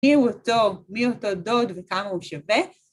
‫מי הוא אותו, מי הוא אותו דוד וכמה הוא שווה